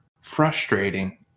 frustrating